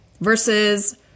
versus